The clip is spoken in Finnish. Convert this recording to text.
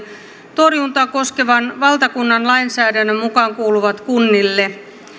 torjuntaa koskevan valtakunnan lainsäädännön mukaan kuuluvat kunnille